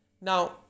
Now